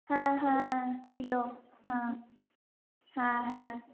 হ্যাঁ হ্যাঁ ছিলো হ্যাঁ হ্যাঁ হ্যাঁ